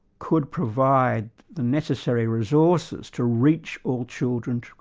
could provide the necessary resources to reach all children,